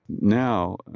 Now